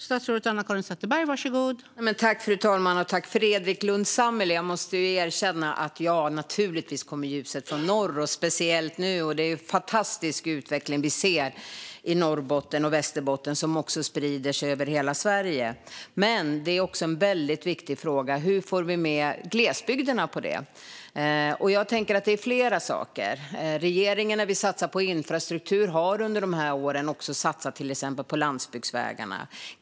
Fru talman! Jag tackar Fredrik Lundh Sammeli. Jag måste erkänna att ljuset naturligtvis kommer från norr, speciellt nu. Det är en fantastisk utveckling som vi ser i Norrbotten och Västerbotten, som också sprider sig över hela Sverige. Men det är en väldigt viktig fråga: Hur får vi med glesbygderna på detta? Jag tänker att det handlar om flera saker. Regeringen satsar på infrastruktur. Vi har under de här åren satsat på till exempel landsbygdsvägarna.